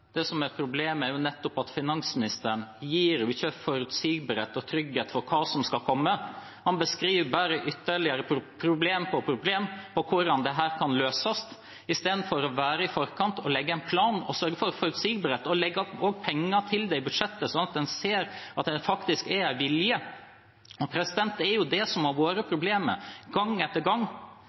Det som er problemet, er at finansministeren ikke gir forutsigbarhet og trygghet for hva som skal komme. Han beskriver bare ytterligere problem på problem knyttet til hvordan dette kan løses, istedenfor å være i forkant og legge en plan og sørge for forutsigbarhet, og legge av penger til det i budsjettet, slik at en ser at det faktisk er en vilje. Det har vært problemet gang etter gang. Det er som om det som